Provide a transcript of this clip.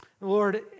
Lord